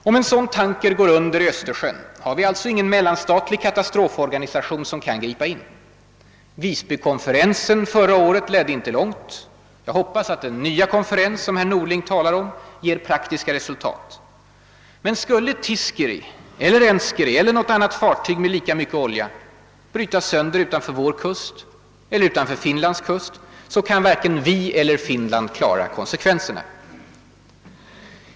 Om en sådan tanker går under i Östersjön har vi alltså ingen mellanstatlig katastroforganisation som kan gripa in. Visbykonferensen förra året ledde inte långt. Jag hoppas att den nya konferens, som herr Norling talar om, ger praktiska resultat. Men skulle »Tiiskeri» eller >Enskeri» eller något annat fartyg med lika mycket olja brytas sönder utanför vår kust eller utanför Finlands kust, så kan varken vi eller Finland klara konsekvenserna.